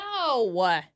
No